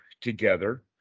together